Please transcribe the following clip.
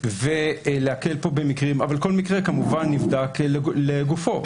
ולהקל פה במקרים, אבל כל מקרה נבדק לגופו.